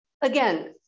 again